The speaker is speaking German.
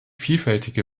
vielfältige